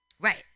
Right